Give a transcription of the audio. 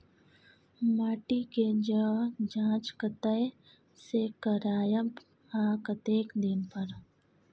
माटी के ज जॉंच कतय से करायब आ कतेक दिन पर?